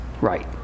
right